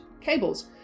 cables